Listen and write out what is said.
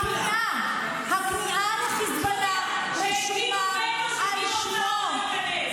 הכניעה, הכניעה לחיזבאללה רשומה על שמו.